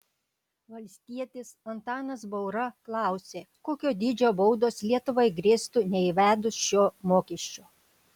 valstietis antanas baura klausė kokio dydžio baudos lietuvai grėstų neįvedus šio mokesčio